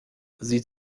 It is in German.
sie